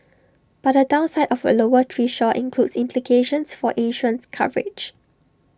but the downside of A lower threshold includes implications for insurance coverage